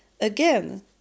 again